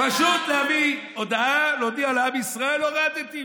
פשוט להביא הודעה, להודיע לעם ישראל: הורדתי.